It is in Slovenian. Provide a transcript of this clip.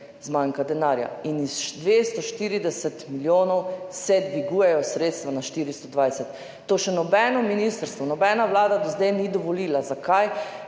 zmanjka denarja. Iz 240 milijonov se dvigujejo sredstva na 420. To še nobeno ministrstvo, nobena vlada do zdaj ni dovolila. Zakaj?